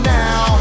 now